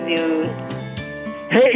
Hey